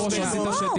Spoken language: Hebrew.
אז תיזמו.